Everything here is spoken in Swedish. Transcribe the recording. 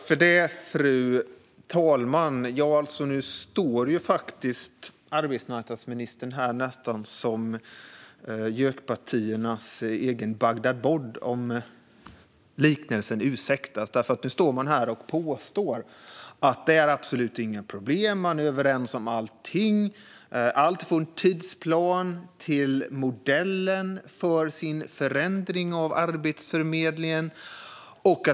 Fru talman! Nu står arbetsmarknadsministern här nästan som en egen Bagdad Bob för partierna som ingår i januariöverenskommelsen, om liknelsen ursäktas. Nu står ministern här och påstår att det absolut inte är några problem. Man är överens om allting - om alltifrån tidsplanen till modellen för sin förändring av Arbetsförmedlingen.